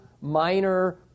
minor